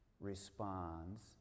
responds